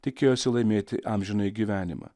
tikėjosi laimėti amžinąjį gyvenimą